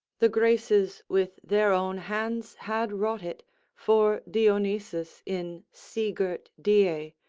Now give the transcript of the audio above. the graces with their own hands had wrought it for dionysus in sea-girt dia,